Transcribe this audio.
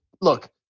Look